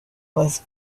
was